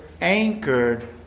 anchored